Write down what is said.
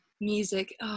music